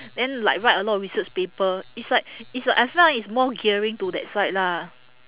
then like write a lot of research paper it's like it's like I feel like it's more gearing to that side lah